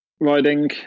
riding